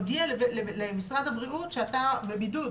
להודיע למשרד הבריאות שאתה בבידוד.